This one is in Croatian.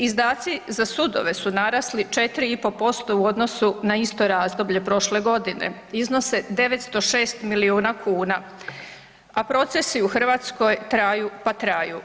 Izdaci za sudove su narasli 4,5% u odnosu na isto razdoblje prošle godine iznose 906 miliona kuna, a procesi u Hrvatskoj traju pa traju.